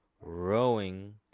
rowing